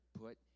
put